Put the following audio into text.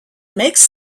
makes